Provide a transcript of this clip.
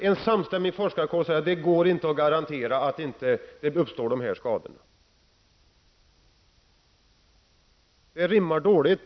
En samstämmig forskarkår säger att det inte går att garantera att dessa skador inte uppstår. Det rimmar dåligt,